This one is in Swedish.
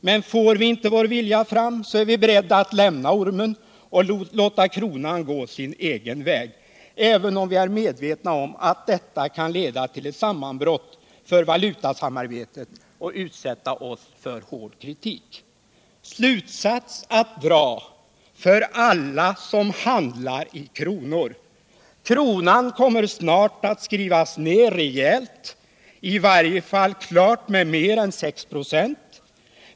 Men får vi inte vår vilja fram, så är vi beredda att lämna ormen och låta kronan gå sin egen väg, även om vi är medvetna om att detta kan leda till ett sammanbrott för valutasamarbetet och utsätta oss för hård kritik. Slutsats att dra för alla som handlar i kronor: kronan kommer snart att skrivas ner rejält, i varje fall med klart mer än 6 procent.